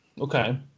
Okay